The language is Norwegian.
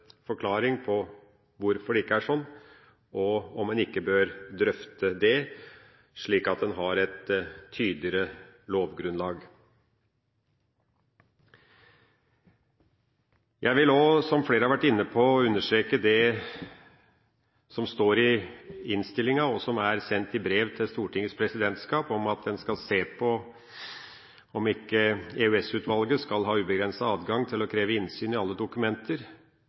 forklaring på hvorfor det ikke er sånn, og om hun ikke bør drøfte det, slik at en har et tydeligere lovgrunnlag. Jeg vil også, som flere har vært inne på, understreke det som står i innstillinga, og som er sendt i brev til Stortingets presidentskap, om at en skal se på om ikke EOS-utvalget skal ha ubegrenset adgang til å kreve innsyn i alle dokumenter,